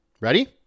Ready